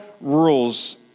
rules